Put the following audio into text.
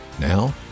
Now